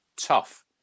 Tough